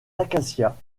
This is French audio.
acacias